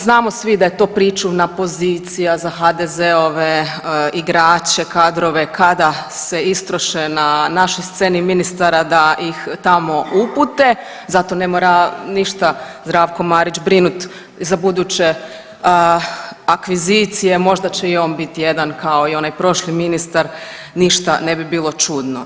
Znamo da svi da je to pričuvna pozicija za HDZ-ove igrače, kadrove kada se istroše na našoj sceni ministara da ih tamo upute, zato ne mora ništa Zdravko Marić brinut za buduće akvizicije, možda će i on biti jedan kao i onaj prošli ministar ništa ne bi bilo čudno.